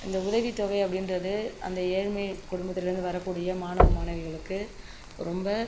இந்த உதவித் தொகை அப்படின்றது அந்த ஏழ்மை குடும்பத்திலேருந்து வரக்கூடிய மாணவ மாணவிகளுக்கு ரொம்ப